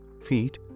feet